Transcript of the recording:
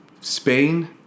Spain